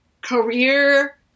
career